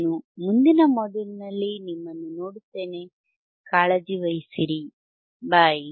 ನಾನು ಮುಂದಿನ ಮಾಡ್ಯೂಲ್ನಲ್ಲಿ ನಿಮ್ಮನ್ನು ನೋಡುತ್ತೇನೆ ಕಾಳಜಿ ವಹಿಸಿರಿ ಬೈ